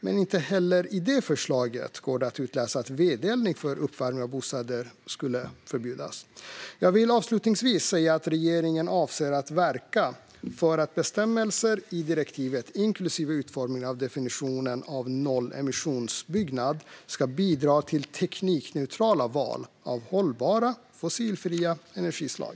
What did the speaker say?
Men inte heller i det förslaget går det att utläsa att vedeldning för uppvärmning av bostäder skulle förbjudas. Jag vill avslutningsvis säga att regeringen avser att verka för att bestämmelser i direktivet, inklusive utformningen av definitionen av nollemissionsbyggnad, ska bidra till teknikneutrala val av hållbara fossilfria energislag.